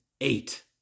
eight